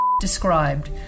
described